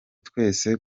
twese